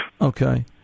Okay